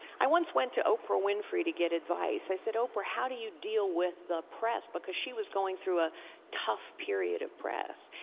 i once went to oprah winfrey to get advice. i said, oprah, how do you deal with the press? because she was going through a tough period of press.